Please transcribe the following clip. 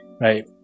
right